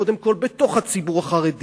קודם כול בתוך הציבור החרדי,